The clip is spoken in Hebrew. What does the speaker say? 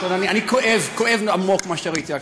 אני כואב כאב עמוק את מה שראיתי עכשיו.